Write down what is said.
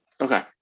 Okay